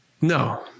No